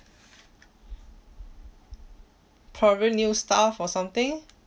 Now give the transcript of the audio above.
probably new staff or something